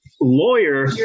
lawyer